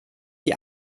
die